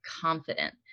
confident